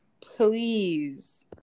please